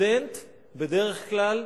בדרך כלל,